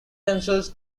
themselves